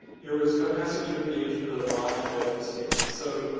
it was fantastic to engage with a large and diverse team. so,